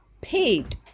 paid